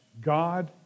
God